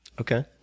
Okay